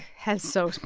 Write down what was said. had so,